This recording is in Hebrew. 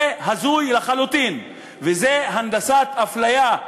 זה הזוי לחלוטין, וזה הנדסת אפליה.